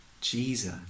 Jesus